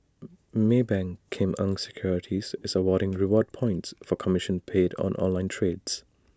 maybank Kim Eng securities is awarding reward points for commission paid on online trades